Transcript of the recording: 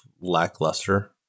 lackluster